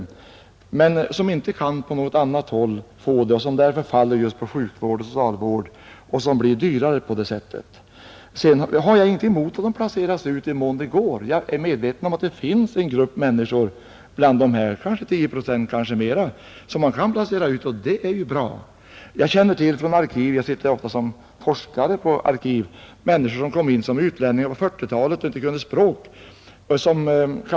Det är fråga om människor som inte kan ta ett annat arbete och som, om de inte får denna möjlighet, måste tas om hand av sjukvården och socialvården, något som blir dyrare för samhället. Jag har ingenting emot att dessa människor placeras ut i den mån det går. Jag är medveten om att en del av dem — 10 procent eller kanske fler — kan placeras ut, och det är ju bra. Jag sitter ofta som forskare på arkiv och har träffat människor som kom hit till landet på 1940-talet och som inte kunde språket.